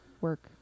work